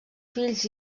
fills